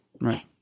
Right